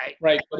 Right